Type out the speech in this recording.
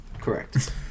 Correct